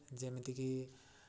ଯେମିତିକି